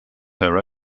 her